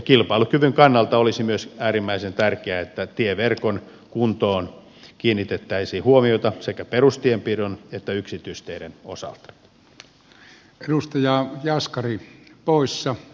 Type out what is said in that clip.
kilpailukyvyn kannalta olisi myös äärimmäisen tärkeää että tieverkon kuntoon kiinnitettäisiin huomiota sekä perustienpidon että yksityisteiden osalta